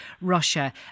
Russia